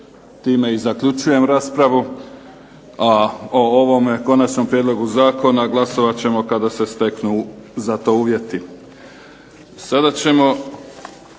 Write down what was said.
Time i zaključujem raspravu, a o ovome konačnom prijedlogu zakona glasovat ćemo kada se steknu za to uvjeti. **Bebić,